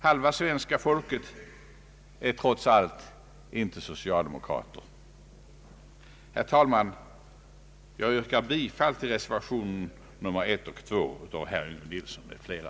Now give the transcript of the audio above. Halva svenska folket är trots allt inte socialdemokrater. Herr talman! Jag yrkar bifall till reservationerna nr 1 och 2 av herr Yngve Nilsson m.fl.